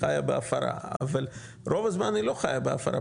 חיה בהפרה אבל רוב הזמן היא לא חיה בהפרה,